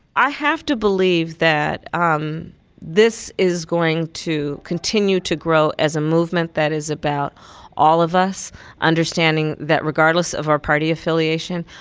i have to believe that um this is going to continue to grow as a movement that is about all of us understanding that regardless of our party affiliation,